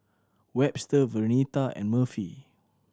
Webster Vernetta and Murphy